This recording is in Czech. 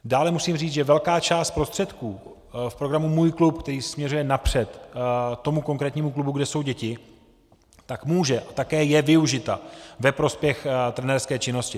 Dále musím říct, že velká část prostředků v programu Můj klub, který směřuje napřed tomu konkrétnímu klubu, kde jsou děti, tak může a také je využita ve prospěch trenérské činnosti.